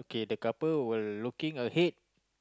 okay the couple were looking ahead